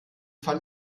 fand